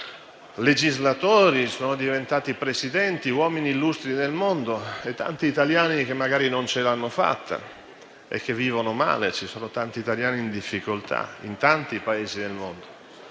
legislatori, presidenti, uomini illustri del mondo; e ci sono tanti italiani che magari non ce l'hanno fatta e che vivono male, ci sono tanti italiani in difficoltà in tanti Paesi del mondo.